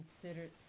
considered